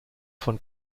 von